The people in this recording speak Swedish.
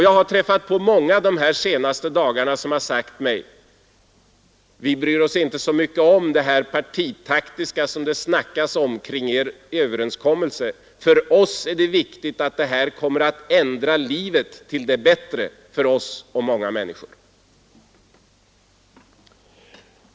Jag har träffat på många de senaste dagarna som har sagt mig: Vi bryr oss inte så mycket om det partitaktiska som det snackas om kring er överenskommelse; för oss är det viktigt att det här kommer att ändra livet till det bättre för många människor.